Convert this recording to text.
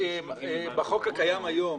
בחוק הקיים כיום,